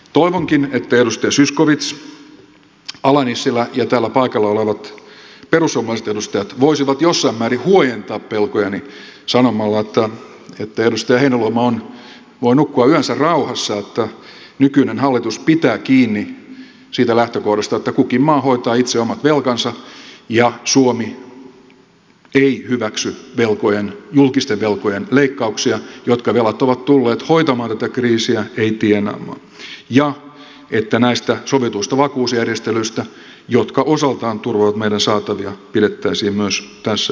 toivonkin että edustajat zyskowicz ala nissilä ja täällä paikalla olevat perussuomalaiset edustajat voisivat jossain määrin huojentaa pelkojani sanomalla että edustaja heinäluoma voi nukkua yönsä rauhassa että nykyinen hallitus pitää kiinni siitä lähtökohdasta että kukin maa hoitaa itse omat velkansa ja suomi ei hyväksy julkisten velkojen leikkauksia jotka velat ovat tulleet hoitamaan tätä kriisiä ei tienaamaan ja että näistä sovituista vakuusjärjestelyistä jotka osaltaan turvaavat meidän saataviamme pidettäisiin myös tässä yhteydessä kiinni